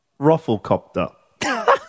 Rufflecopter